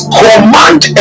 command